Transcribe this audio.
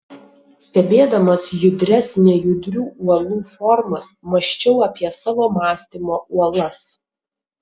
stebėdamas judrias nejudrių uolų formas mąsčiau apie savo mąstymo uolas